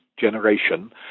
generation